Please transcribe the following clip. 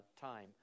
time